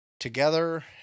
together